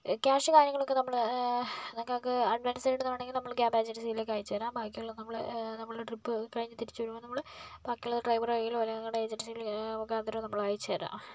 cash കാര്യങ്ങളൊക്കെ നമ്മള് നിങ്ങൾക്ക് അഡ്വാൻസ് വേണമെന്നുണ്ടെങ്കിൽ നമ്മള് ക്യാബ് എജൻസിയിലേക്ക് അയച്ചു തരാം ബാക്കിയുള്ളത് നമ്മള് നമ്മളുടെ ട്രിപ്പ് കഴിഞ്ഞ് കഴിഞ്ഞ് തിരിച്ച് വരുമ്പോൾ നമ്മള് ബാക്കിയുള്ളത് ഡ്രൈവറുടെ കയ്യിലോ അല്ലെൽ നിങ്ങളുടെ എജൻസിയിലേക്കോ അങ്ങനെ നമ്മള് അയച്ചു തരാം